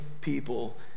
people